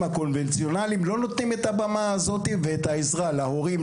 קונבנציונליים לא נותנים את הבמה הזאת ואת העזרה להורים,